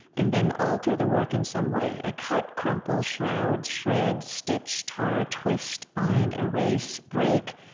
and then alter the work in some way. i cut, crumple, shroud, shred, stitch, tar, twist, bind, erase, break,